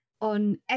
on